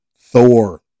Thor